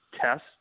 test